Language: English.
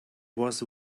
was